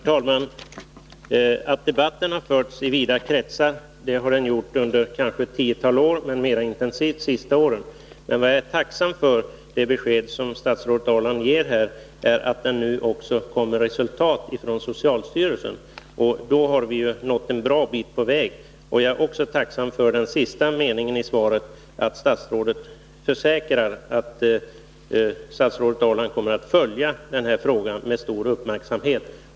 Herr talman! Debatten har förts i vida kretsar under ett tiotal år, men mera intensivt de senaste åren. Jag är tacksam för det besked som statsrådet Ahrland här ger — att det nu också kommer resultat från socialstyrelsen. Då har vi nått en bra bit på väg. Jag är också tacksam för den sista meningen i svaret, där statsrådet Ahrland försäkrar att hon kommer att följa denna fråga med stor uppmärksamhet.